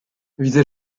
widzę